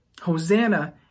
Hosanna